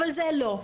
אבל זה לא.